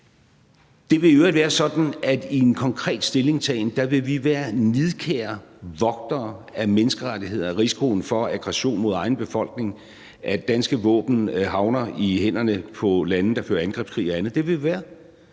Det vil i øvrigt være sådan, at i en konkret stillingtagen vil vi være nidkære vogtere af menneskerettigheder, af risikoen for aggression mod egen befolkning, af, om danske våben havner i hænderne på lande, der fører angrebskrig og andet; det vil vi være.